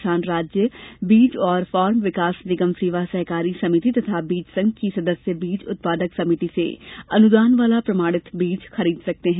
किसान राज्य बीज और फार्म विकास निगम सेवा सहकारी समिति तथा बीज संघ की सदस्य बीज उत्पादक समिति से अनुदान वाला प्रमाणित बीज खरीद सकते हैं